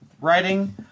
writing